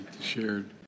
shared